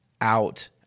out